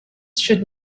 should